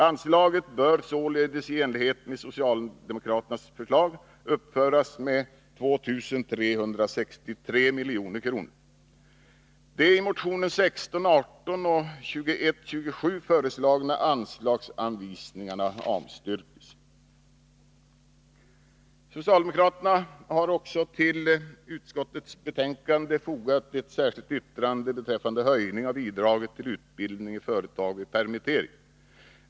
Anslaget bör således i enlighet med socialdemokraternas förslag upptas med 2 363 milj.kr. De i motionerna 1618 och 2127 föreslagna anslagsanvisningarna avstyrks. Socialdemokraterna har till utskottets betänkande också fogat ett särskilt yttrande beträffande höjning av bidraget till utbildning i företag vid permittering.